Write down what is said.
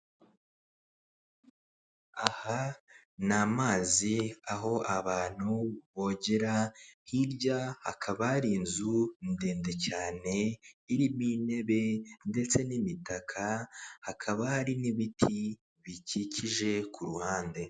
Aha ni amazi aho abantu bogera, hirya hakaba hari inzu ndende cyane irimo intebe ndetse n'imitaka, hakaba hari n'ibiti bikikije Ku ruhande.